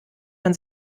man